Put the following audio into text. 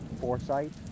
foresight